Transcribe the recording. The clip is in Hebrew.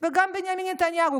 וגם בנימין נתניהו.